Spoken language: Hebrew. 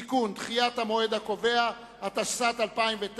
(תיקון), התשס"ט 2009,